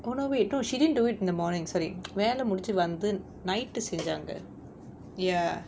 oh no wait no she didn't do it in the morning sorry வேல முடிச்சு வந்து:vela mudichu vanthu night டு செஞ்சாங்க:du senjaanga ya